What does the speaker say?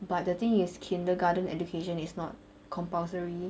but the thing is kindergarten education is not compulsory